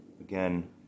again